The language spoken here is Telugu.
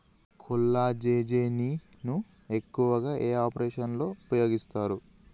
కొల్లాజెజేని ను ఎక్కువగా ఏ ఆపరేషన్లలో ఉపయోగిస్తారు?